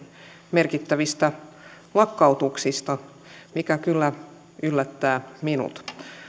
merkittävistä lakkautuksista mikä kyllä yllättää minut